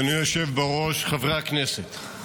אדוני היושב בראש, חברי הכנסת,